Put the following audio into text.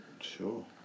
Sure